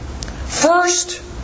First